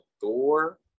Thor